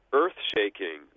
earth-shaking